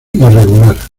irregular